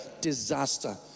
Disaster